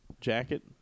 jacket